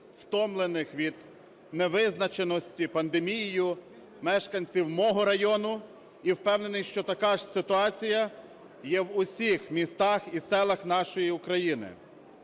втомлених від невизначеності пандемією мешканців мого району і впевнений, що така ж ситуація є в усіх містах і селах нашої України.